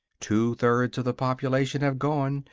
two-thirds of the population have gone,